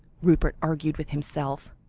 rupert argued with himself.